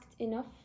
enough